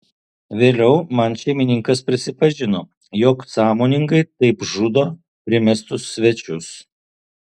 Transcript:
vėliau man šeimininkas prisipažino jog sąmoningai taip žudo primestus svečius